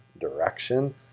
direction